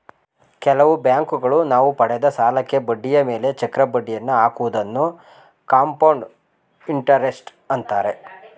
ಕೆಲವು ಬ್ಯಾಂಕುಗಳು ನಾವು ಪಡೆದ ಸಾಲಕ್ಕೆ ಬಡ್ಡಿಯ ಮೇಲೆ ಚಕ್ರ ಬಡ್ಡಿಯನ್ನು ಹಾಕುವುದನ್ನು ಕಂಪೌಂಡ್ ಇಂಟರೆಸ್ಟ್ ಅಂತಾರೆ